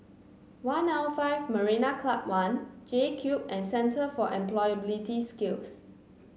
One L Five Marina Club One JCube and Centre for Employability Skills